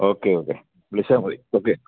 okay okay വിളിച്ചാൽ മതി okay